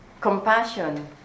compassion